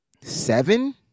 seven